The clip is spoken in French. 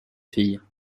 filles